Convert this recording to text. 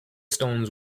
stones